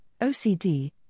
OCD